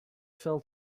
fell